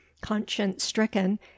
conscience-stricken